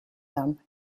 them